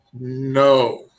No